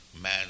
man